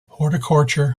horticulture